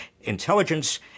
intelligence